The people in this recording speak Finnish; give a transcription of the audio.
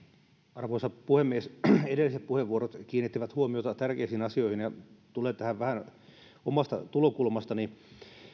arvoisa puhemies edelliset puheenvuorot kiinnittivät huomiota tärkeisiin asioihin ja tulen tähän vähän omasta tulokulmastani